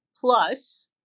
plus